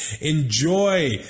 enjoy